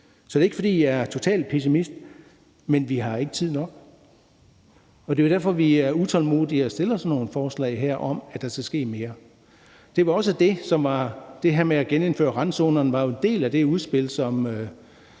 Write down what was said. Så det er ikke, fordi jeg er totalt pessimist, men vi har ikke tid nok, og det er derfor, vi er utålmodige og fremsætter sådan nogle forslag her om, at der skal ske mere. Det her med at genindføre randzonerne var jo en del af det udspil, som